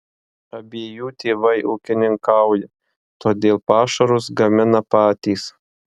abiejų tėvai ūkininkauja todėl pašarus gamina patys